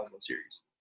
series